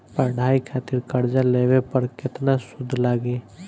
पढ़ाई खातिर कर्जा लेवे पर केतना सूद लागी?